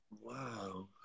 Wow